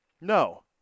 No